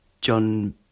John